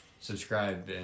subscribe